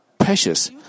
precious